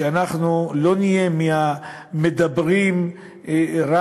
שאנחנו לא נהיה רק מהמדברים דיבורים